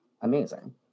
amazing